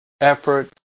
effort